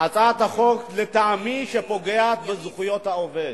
לטעמי פוגעת בזכויות העובד.